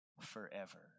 forever